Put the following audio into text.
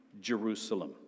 Jerusalem